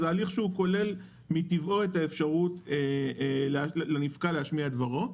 זה הליך שהוא כולל מטבעו את האפשרות לנפקע להשמיע את דברו.